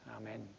Amen